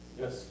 Yes